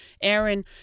Aaron